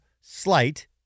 slight